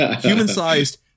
Human-sized